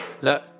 Look